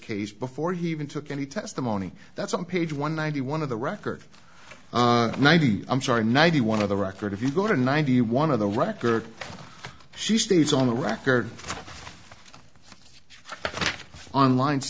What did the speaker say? case before he even took any testimony that's on page one ninety one of the record ninety i'm sorry ninety one of the record if you go to ninety one of the records she states on the record on lines t